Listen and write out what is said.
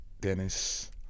Dennis